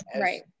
Right